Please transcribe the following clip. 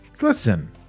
Listen